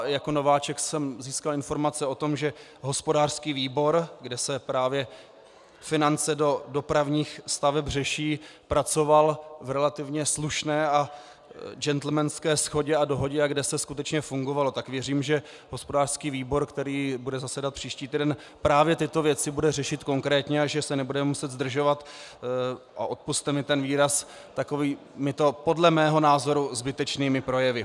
Jako nováček jsem získal informace o tom, že hospodářský výbor, kde se právě finance do dopravních staveb řeší, pracoval v relativně slušné a gentlemanské shodě a dohodě, kde se skutečně fungovalo, tak věřím, že hospodářský výbor, který bude zasedat příští týden, právě tyto věci bude řešit konkrétně a že se nebudeme muset zdržovat, a odpusťte mi ten výraz, takovýmito podle mého názoru zbytečnými projevy.